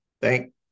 thank